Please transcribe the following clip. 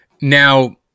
Now